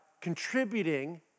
contributing